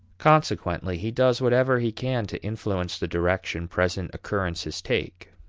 consequently he does whatever he can to influence the direction present occurrences take.